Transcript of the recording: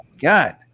god